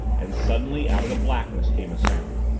and suddenly out of the blackness came a sound.